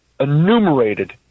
enumerated